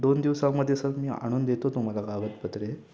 दोन दिवसामध्ये सर मी आणून देतो तुम्हाला कागदपत्रे